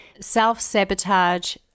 self-sabotage